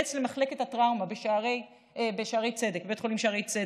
ומייעץ למחלקת הטראומה בבית החולים שערי צדק.